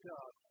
God